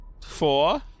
Four